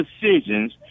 decisions